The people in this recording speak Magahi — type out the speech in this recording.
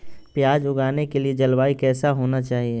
प्याज उगाने के लिए जलवायु कैसा होना चाहिए?